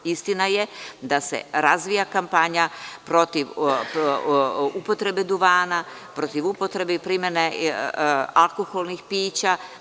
Istina je da se razvija kampanja protiv upotrebe duvana, protiv upotrebe primene alkoholnih pića.